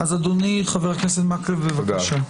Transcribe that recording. אדוני חבר הכנסת מקלב, בבקשה.